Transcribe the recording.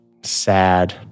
sad